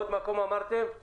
אימאן ח'טיב יאסין (רע"מ,